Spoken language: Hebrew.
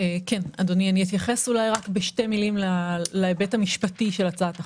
אתייחס בשתי מילים להיבט המשפטי של הצעת החוק.